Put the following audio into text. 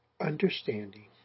understanding